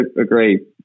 Agree